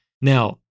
Now